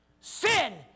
sin